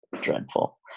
dreadful